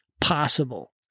possible